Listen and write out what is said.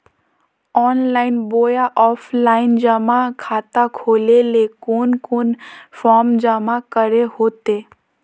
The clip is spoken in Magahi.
ऑनलाइन बोया ऑफलाइन जमा खाता खोले ले कोन कोन फॉर्म जमा करे होते?